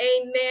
amen